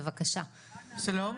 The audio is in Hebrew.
שלום,